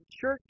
church